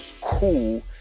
cool